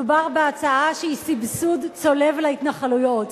מדובר בהצעה שהיא סבסוד צולב להתנחלויות.